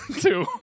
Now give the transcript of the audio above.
Two